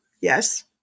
Yes